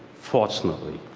fortunately.